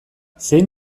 zein